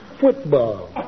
Football